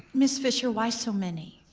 ms. fischer, why so many?